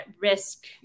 risk